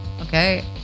Okay